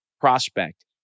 prospect